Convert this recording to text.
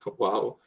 ah wow.